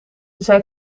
zij